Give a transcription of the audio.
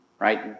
Right